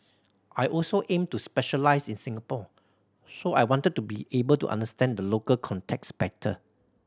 I also aim to specialise in Singapore so I wanted to be able to understand the local context better